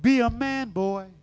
be a man boy